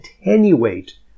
attenuate